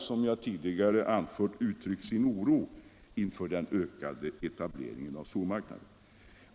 Som jag tidigare anfört har utskottet uttryckt sin oro inför den ökade etableringen av stormarknader.